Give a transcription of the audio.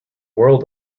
world